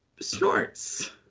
snorts